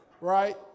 Right